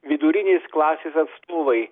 vidurinės klasės atstovai